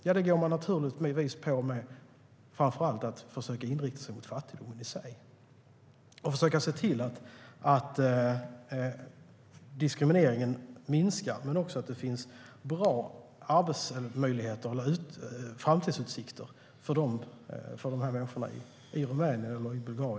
Jo, det gör man framför allt genom att försöka rikta in sig på fattigdomen i sig och se till att diskrimineringen minskar och att det finns bra arbetsmöjligheter och framtidsutsikter för dessa människor i Rumänien, Bulgarien och Ungern.